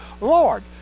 Lord